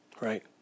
Right